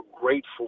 grateful